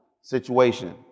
situation